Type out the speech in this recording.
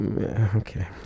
okay